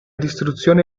distruzione